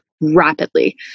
rapidly